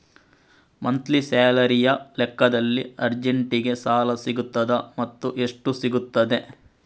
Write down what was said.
Monthly ಸ್ಯಾಲರಿಯ ಲೆಕ್ಕದಲ್ಲಿ ಅರ್ಜೆಂಟಿಗೆ ಸಾಲ ಸಿಗುತ್ತದಾ ಮತ್ತುಎಷ್ಟು ಸಿಗುತ್ತದೆ?